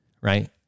right